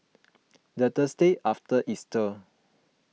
the Thursday after Easter